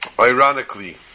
Ironically